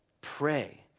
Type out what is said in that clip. Pray